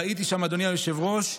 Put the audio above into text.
ראיתי שם, אדוני היושב-ראש,